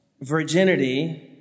virginity